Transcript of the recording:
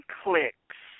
clicks